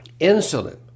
insulin